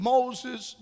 Moses